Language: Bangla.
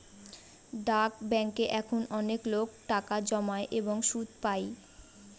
ডাক ব্যাঙ্কে এখন অনেকলোক টাকা জমায় এবং সুদ পাই